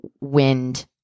wind